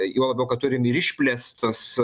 juo labiau kad turim ir išplėstas